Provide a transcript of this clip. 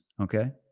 okay